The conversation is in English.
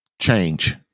change